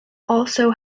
also